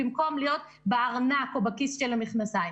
במקום להיות בארנק או בכיס המכנסיים.